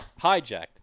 hijacked